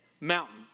mountain